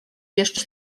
jeszcze